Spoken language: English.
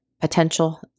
potential